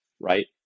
right